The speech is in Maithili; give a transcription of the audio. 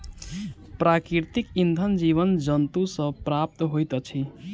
प्राकृतिक इंधन जीव जन्तु सॅ प्राप्त होइत अछि